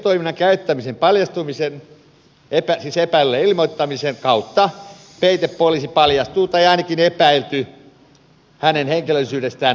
peitetoiminnan käyttämisen paljastumisen siis epäillylle ilmoittamisen kautta peitepoliisi paljastuu tai ainakin epäily hänen henkilöllisyydestään nousee pintaan